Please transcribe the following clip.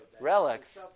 relics